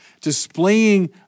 displaying